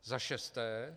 Za šesté.